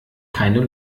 keine